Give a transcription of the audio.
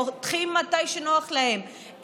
פותחים מתי שנוח להם,